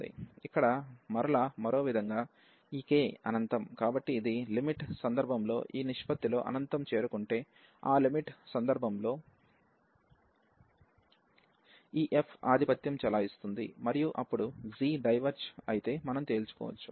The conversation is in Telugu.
ఇక్కడ మరలా మరో విధంగా ఈ k అనంతం కాబట్టి ఇది లిమిట్ సందర్భంలో ఈ నిష్పత్తిలో అనంతం చేరుకుంటుంటే ఆ లిమిట్ సందర్భంలో ఈ f ఆధిపత్యం చెలాయిస్తుంది మరియు అప్పుడు g డైవెర్జ్ అయితే మనం తేల్చుకోవచ్చు